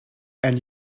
and